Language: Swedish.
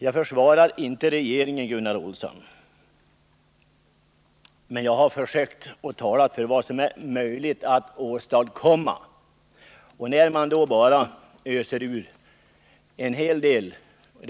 Jag försvarar inte regeringen, Gunnar Olsson, men jag har försökt tala för vad som är möjligt att åstadkomma. Man skall inte bara ösa på med krav på besked.